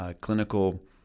clinical